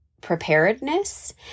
preparedness